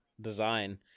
design